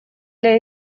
для